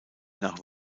nach